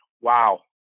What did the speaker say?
wow